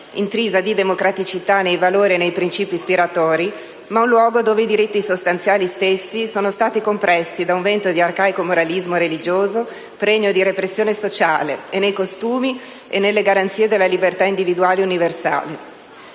intrisa di democraticità nei valori e nei principi ispiratori, ma un luogo dove i diritti sostanziali stessi sono stati compressi da un vento di arcaico moralismo religioso pregno di repressione sociale, sia nei costumi sia nelle garanzie della libertà individuale universale.